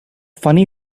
funny